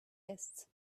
guests